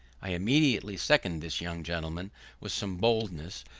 i immediately seconded this young gentleman with some boldness,